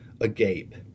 agape